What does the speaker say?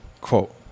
quote